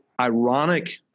ironic